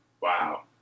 Wow